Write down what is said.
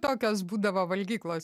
tokios būdavo valgyklos